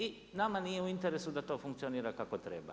I nama nije u interesu da to funkcionira kako treba.